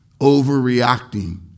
overreacting